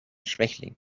schwächling